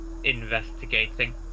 investigating